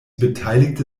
beteiligte